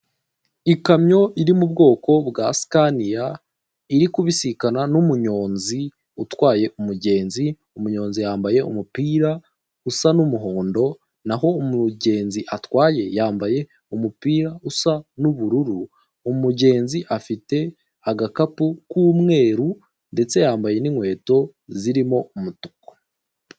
Ikamyo iri mu bwoko bwa sikaniya iri kubisikana n'umunyozi utwye umugenzi. Umunyonzi yambaye umupira usa n'umuhondo naho umugenzi atwaye yambaye umupira usa n'ubururu. Umugenzi afite agakapu k'umweru ndetse yambaye n'inkweto zirimo umutuku.